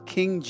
King